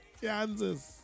Kansas